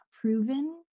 proven